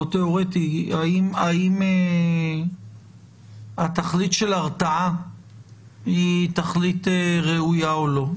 לא תיאורטי לגבי האם התכלית של ההרתעה היא תכלית ראויה או לא,